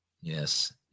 Yes